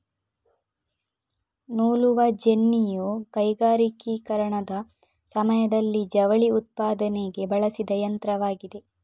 ನೂಲುವ ಜೆನ್ನಿಯು ಕೈಗಾರಿಕೀಕರಣದ ಸಮಯದಲ್ಲಿ ಜವಳಿ ಉತ್ಪಾದನೆಗೆ ಬಳಸಿದ ಯಂತ್ರವಾಗಿದೆ